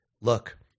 look